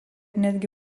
netgi